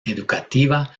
educativa